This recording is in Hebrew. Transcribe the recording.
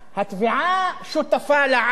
התביעה שותפה לעוול,